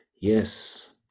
Yes